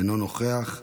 אינו נוכח.